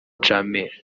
jammeh